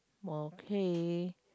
oo K